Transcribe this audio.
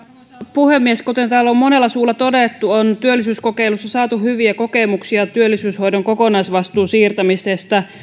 puhemies kuten täällä on monella suulla todettu on työllisyyskokeilussa saatu hyviä kokemuksia työllisyyshoidon kokonaisvastuun siirtämisestä